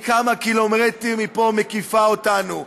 היא כמה קילומטרים מפה מקיפה אותנו,